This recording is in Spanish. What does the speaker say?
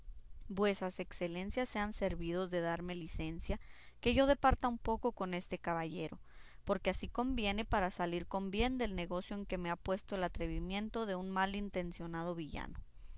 vuesas excelencias sean servidos de darme licencia que yo departa un poco con este caballero porque así conviene para salir con bien del negocio en que me ha puesto el atrevimiento de un mal intencionado villano